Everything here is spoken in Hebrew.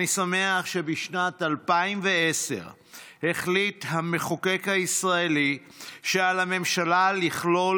אני שמח שבשנת 2010 החליט המחוקק הישראלי שעל הממשלה לכלול